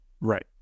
Right